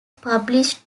published